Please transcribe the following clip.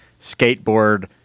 skateboard